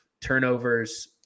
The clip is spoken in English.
turnovers